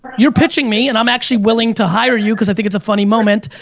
you're pitching me and i'm actually willing to hire you cause i think it's a funny moment,